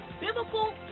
biblical